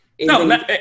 No